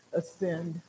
ascend